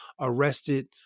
arrested